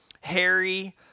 Harry